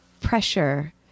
pressure